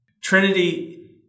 Trinity